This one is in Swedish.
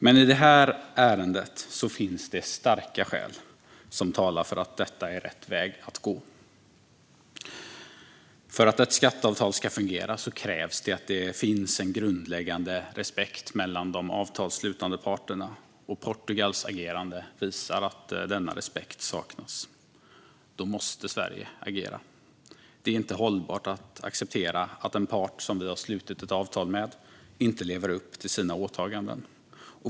Men i det här ärendet finns starka skäl som talar för att detta är rätt väg att gå. För att ett skatteavtal ska fungera krävs en grundläggande respekt mellan de avtalsslutande parterna. Portugals agerande visar att denna respekt saknas. Då måste Sverige agera. Det är inte hållbart att acceptera att en part som vi har slutit ett avtal med inte lever upp till sina åtaganden.